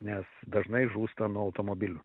nes dažnai žūsta nuo automobilių